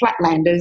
flatlanders